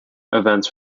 events